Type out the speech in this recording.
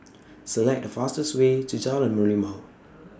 Select The fastest Way to Jalan Merlimau